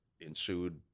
ensued